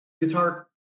guitar